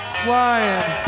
flying